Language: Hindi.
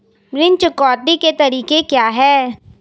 ऋण चुकौती के तरीके क्या हैं?